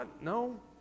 no